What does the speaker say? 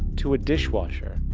to a dishwasher,